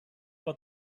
but